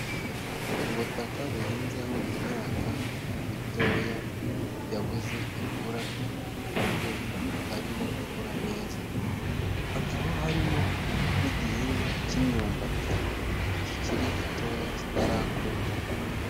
Ubutaka buhinzeho imyaka mitoya yabuze imvura ku buryo itarimo gukura neza, hakaba harimo n'igihingwa k'imyumbati kikiri gitoya kitarakura.